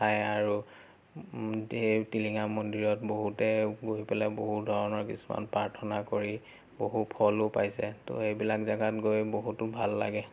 ঠাই আৰু ধেৰ টিলিঙা মন্দিৰত বহুতে গৈ পেলাই বহু ধৰণৰ কিছুমান প্ৰাৰ্থনা কৰি বহু ফলো পাইছে তো এইবিলাক জেগাত গৈ বহুতো ভাল লাগে